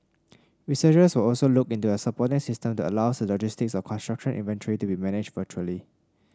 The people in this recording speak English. researchers will also look into a supporting system that allows the logistics of construction inventory to be managed virtually